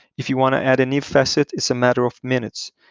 if you want to add a new facet, it's a matter of minutes.